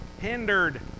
hindered